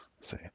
See